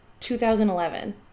2011